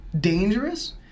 dangerous